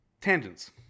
tangents